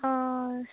ꯑꯥ